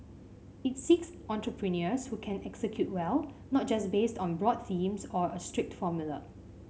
it seeks entrepreneurs who can execute well not just based on broad themes or a strict formula